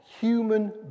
human